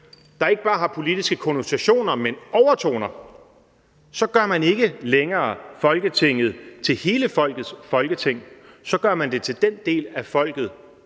der ikke bare har politiske konnotationer, men overtoner, så gør man ikke længere Folketinget til hele folkets Folketing; så gør man det til et Folketingting